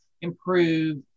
improve